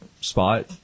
spot